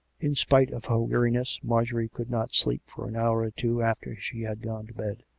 in spite of her weariness, marjorie could not sleep for an hour or two after she had gone to bed.